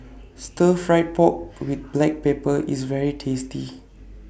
Stir Fried Pork with Black Pepper IS very tasty